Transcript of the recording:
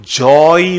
joy